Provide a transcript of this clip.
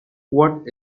what